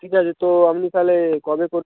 ঠিক আছে তো আপনি তাহলে কবে করবেন